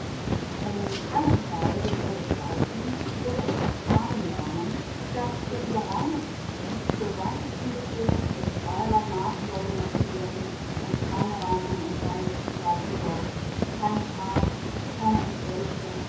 in keinem fall wird er begreifen wird er es ertragen lernen daß im gereinigtsten geweihtesten bezirk mit zweierlei maß soll gemessen werden und keine reinigung und weihe zureichen soll keine tat keine